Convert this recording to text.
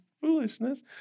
foolishness